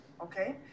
okay